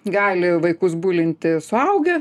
gali vaikus bulinti suaugę